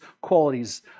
qualities